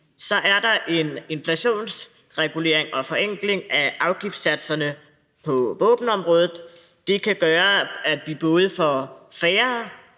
Så er der en inflationsregulering og forenkling af afgiftssatserne på våbenområdet. Det kan gøre, at vi får færre